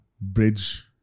bridge